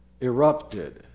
erupted